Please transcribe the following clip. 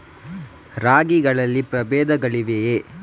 ರಾಗಿಗಳಲ್ಲಿ ಪ್ರಬೇಧಗಳಿವೆಯೇ?